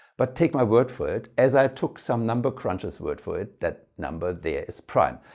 but take my word for it, as i took some number crunchers word for it, that number there is prime.